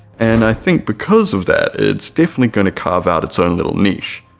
and i think because of that it's definitely gonna carve out its own little niche.